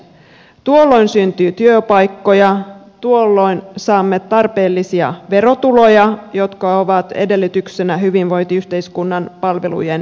tuolloin syntyy työpaikkoja tuolloin saamme tarpeellisia verotuloja jotka ovat edellytyksenä hyvinvointiyhteiskunnan palvelujen ylläpitämiselle